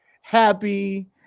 happy